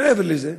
מעבר לזה,